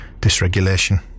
dysregulation